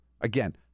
Again